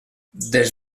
des